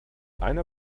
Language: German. einer